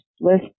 list